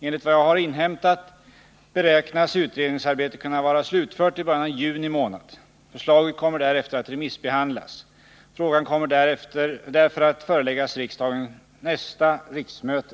Enligt vad jag har inhämtat beräknas utredningsarbetet kunna vara slutfört i början av juni månad. Förslaget kommer därefter att remissbehandlas. Frågan kommer därför att föreläggas nästa riksmöte.